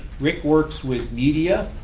rick works with media,